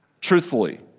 truthfully